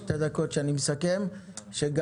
תודה